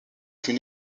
fut